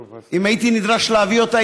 אם הייתי נדרש להביא אותה,